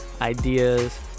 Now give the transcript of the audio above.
ideas